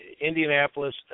Indianapolis